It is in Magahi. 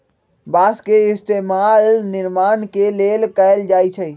बास के इस्तेमाल निर्माण के लेल कएल जाई छई